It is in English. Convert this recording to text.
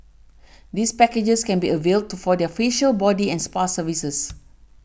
these packages can be availed to for their facial body and spa services